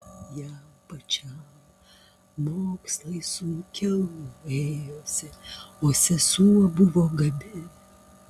jam pačiam mokslai sunkiau ėjosi o sesuo buvo gabi